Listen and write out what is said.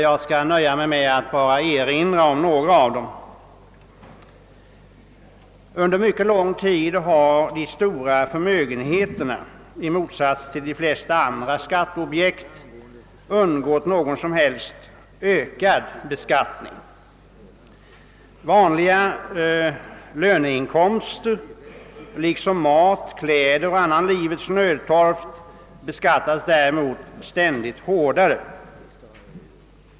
Jag skall nöja mig med att erinra om några av dem. Under mycket lång tid har de stora förmögenheterna — i motsats till de flesta andra skatteobjekt — undgått någon som helst ökad beskattning. Vanliga löneinkomster liksom mat, kläder och annan livets nödtorft beskattas däremot ständigt hårdare.